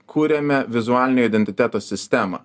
kuriame vizualinio identiteto sistemą